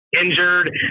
Injured